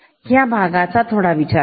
ह्या भागाचा थोडा विचार करा